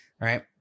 right